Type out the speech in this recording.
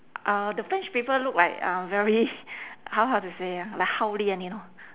uh the french people look like uh very how how to say ah like hao lian you know